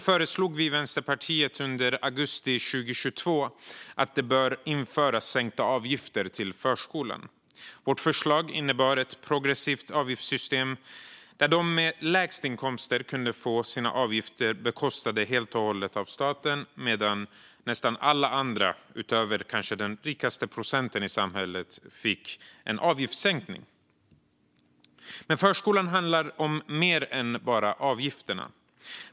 Vi i Vänsterpartiet föreslog därför i augusti 2022 att sänkta avgifter till förskolan bör införas. Vårt förslag innebar ett progressivt avgiftssystem där de med lägst inkomster kunde få sin avgift helt och hållet bekostad av staten medan nästan alla andra, utom kanske den rikaste procenten i samhället, fick en avgiftssänkning. Men förskolan handlar om mer än bara avgifterna.